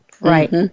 Right